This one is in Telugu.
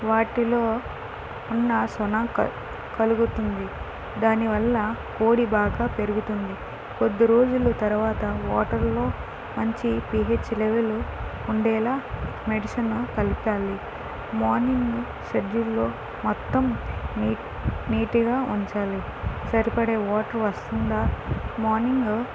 వాటిలో ఉన్న సొన క కలుగుతుంది దానివల్ల కోడి బాగా పెరుగుతుంది కొద్దిరోజుల తర్వాత వాటర్లో మంచి పీహెచ్ లెవెల్ ఉండేలాగా మెడిసిన్ కలపాలి మార్నింగ్ షెడ్యూల్లో మొత్తం నీట్ నీటుగా ఉంచాలి సరిపడే వాటర్ వస్తుందా మార్నింగ్